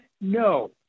No